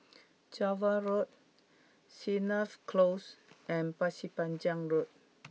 Java Road Sennett Close and Pasir Panjang Road